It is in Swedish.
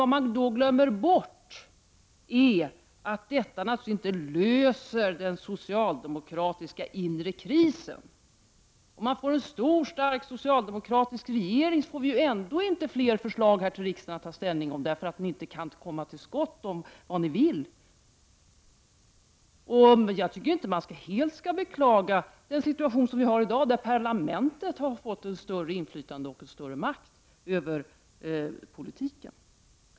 Vad de glömmer bort är att detta inte löser den socialdemokratiska inre krisen. Med en stor och stark socialdemokratisk regering får vi ändå inte fler förslag att ta ställning till här i riksdagen. Ni socialdemokrater kan ju inte komma till skott och tala om vad ni vill. Jag tycker inte att vi skall beklaga dagens situation, där parlamentet har fått ett större inflytande och en större makt över politiken.